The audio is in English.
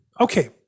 Okay